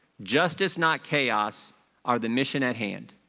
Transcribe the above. justice, not chaos are the mission at hand.